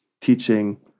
teaching